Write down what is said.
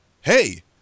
hey